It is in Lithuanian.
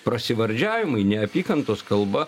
prasivardžiavimai neapykantos kalba